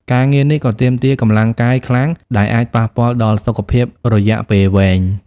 ការងារនេះក៏ទាមទារកម្លាំងកាយខ្លាំងដែលអាចប៉ះពាល់ដល់សុខភាពរយៈពេលវែង។